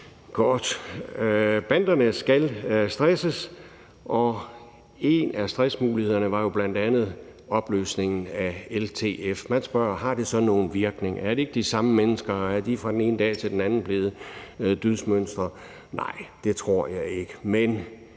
Banderne skal stresses, og en af mulighederne for at stresse dem er bl.a. opløsningen af LTF. Man spørger: Har det så nogen virkning? Er det ikke de samme mennesker? Er de fra den ene dag til den anden blevet dydsmønstre? Nej, det tror jeg ikke.